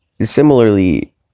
similarly